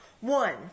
one